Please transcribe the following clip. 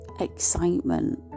excitement